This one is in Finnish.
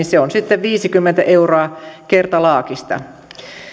se on sitten viisikymmentä euroa kertalaakista